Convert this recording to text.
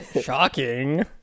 Shocking